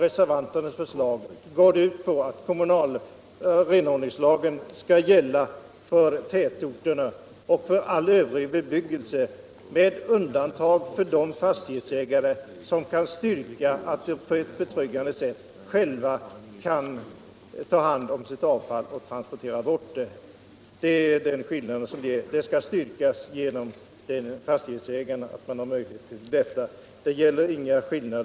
Reservanternas förslag går ut på att renhållningslagen skall gälla för tätorterna och för all övrig bebyggelse med undantag för de fastighetsägare som kan styrka att de på ett betryggande sätt själva tar hand om sitt avfall eller transporterar bort det. Här gäller inga skillnader mellan tätorter och byggnadsplanelagt område, utan vad det gäller är att fastighetsägare som kan klara sophanteringen på ett vettigt sätt också skall ha möjlighet att göra det.